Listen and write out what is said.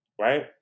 right